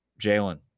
Jalen